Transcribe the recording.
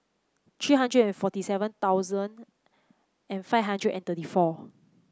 three hundred and forty seven thousand and five hundred and thirty four